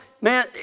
man